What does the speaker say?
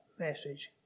message